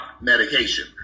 medication